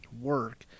work